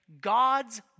God's